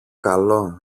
καλό